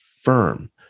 firm